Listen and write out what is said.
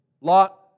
Lot